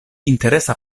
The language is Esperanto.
interesa